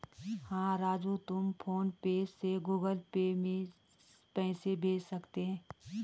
हां राजू तुम PhonePe से गुगल पे में पैसे भेज सकते हैं